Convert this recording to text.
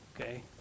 okay